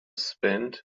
spend